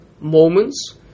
moments